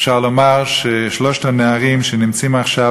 אפשר לומר ששלושת הנערים שנמצאים עכשיו